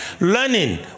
Learning